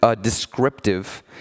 descriptive